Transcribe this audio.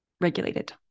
regulated